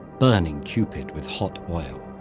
burning cupid with hot oil.